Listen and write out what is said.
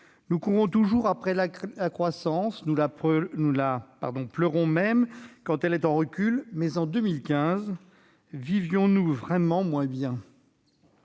Nous courons toujours après la croissance et la pleurons même quand elle est en recul, mais, en 2015, vivait-on réellement moins bien ?